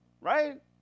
Right